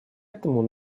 этому